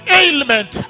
ailment